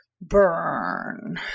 Burn